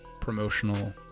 promotional